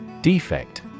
Defect